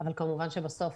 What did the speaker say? אבל כמובן שבסוף